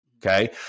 Okay